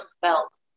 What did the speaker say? felt